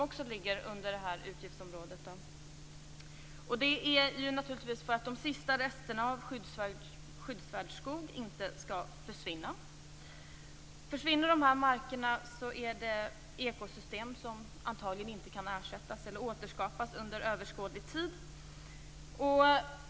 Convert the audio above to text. Detta ligger inom samma utgiftsområde. Syftet är att de sista resterna av skyddsvärd skog inte skall försvinna. Om de markerna försvinner så handlar det om ekosystem som antagligen inte kan ersättas/återskapas under överskådlig tid.